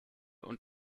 und